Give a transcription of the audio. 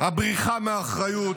הבריחה מאחריות,